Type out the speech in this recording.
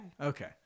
Okay